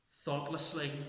thoughtlessly